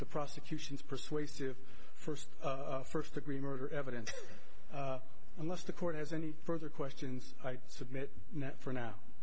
the prosecution's persuasive first first degree murder evidence unless the court has any further questions i submit that for now